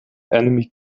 enemy